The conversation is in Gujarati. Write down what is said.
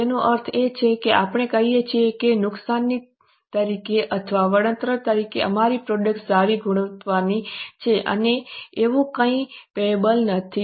તેનો અર્થ એ છે કે આપણે કહીએ છીએ કે નુકસાની તરીકે અથવા વળતર તરીકે અમારી પ્રોડક્ટ સારી ગુણવત્તાની છે એવું કંઈ પેયેબલ્સ નથી